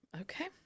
Okay